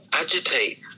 agitate